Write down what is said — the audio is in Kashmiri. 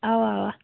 اَوا اَوا